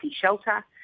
shelter